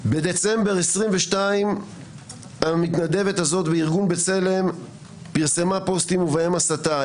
בדצמבר 2022 המתנדבת הזאת בארגון בצלם פרסמה פוסטים ובהם הסתה.